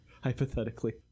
hypothetically